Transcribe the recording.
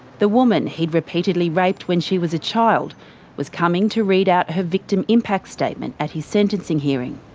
the woman he'd repeatedly raped when she was a child was coming to read out her victim impact statement at his sentencing hearing.